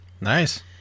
Nice